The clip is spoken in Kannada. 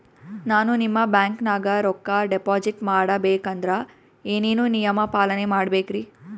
ನಾನು ನಿಮ್ಮ ಬ್ಯಾಂಕನಾಗ ರೊಕ್ಕಾ ಡಿಪಾಜಿಟ್ ಮಾಡ ಬೇಕಂದ್ರ ಏನೇನು ನಿಯಮ ಪಾಲನೇ ಮಾಡ್ಬೇಕ್ರಿ?